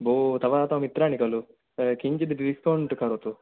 भो तव तव मित्राणि खलु किञ्चित् डिस्कौण्ट् करोतु